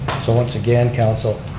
so once again, council,